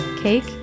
cake